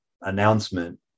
announcement